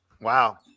Wow